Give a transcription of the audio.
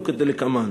הוא כדלקמן: